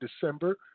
December